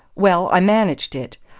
well, i managed it,